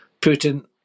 Putin